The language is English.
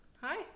Hi